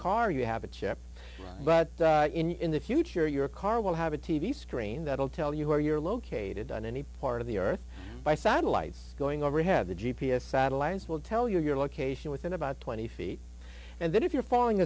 car you have a chip but in the future your car will have a t v screen that will tell you where you're located on any part of the earth by satellites going overhead the g p s satellites will tell you your location within about twenty feet and then if you're falling